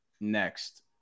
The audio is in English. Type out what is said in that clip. next